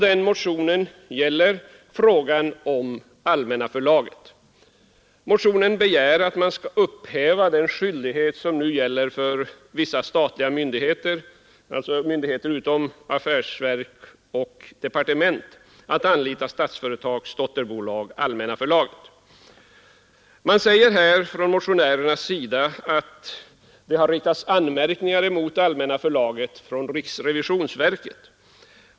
Den gäller frågan om Allmänna förlaget. I motionen begärs att vi skall upphäva den skyldighet som nu finns för vissa statliga myndigheter, alltså myndigheter som affärsverk och departement, att anlita Statsföretags dotterbolag Allmänna förlaget. Motionärerna säger att det har riktats anmärkningar mot Allmänna förlaget från riksrevisionsverket.